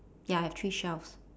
ya I have three shelves